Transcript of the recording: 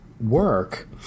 work